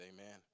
Amen